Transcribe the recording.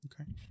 Okay